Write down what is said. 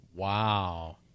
Wow